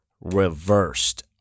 reversed